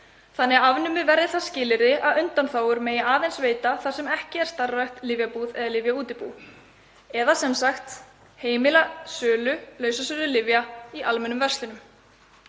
þannig að afnumið verði það skilyrði að undanþágur megi aðeins veita þar sem ekki er starfrækt lyfjabúð eða lyfjaútibú, sem sagt heimila sölu lausasölulyfja í almennum verslunum.